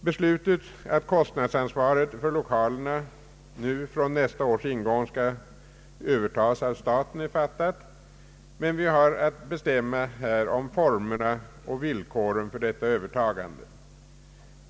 Beslutet att kostnadsansvaret för 1okalerna från nästa års ingång skall övertas av staten är fattat, men vi har att bestämma om formerna och villkoren för detta övertagande.